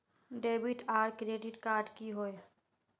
Debit आर credit card की होय?